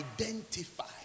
identify